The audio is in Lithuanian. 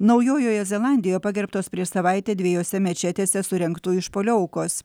naujojoje zelandijoje pagerbtos prieš savaitę dviejose mečetėse surengtų išpuolių aukos